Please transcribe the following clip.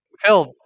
Phil